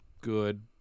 good